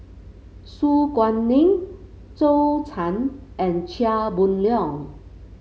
Su Guaning Zhou Can and Chia Boon Leong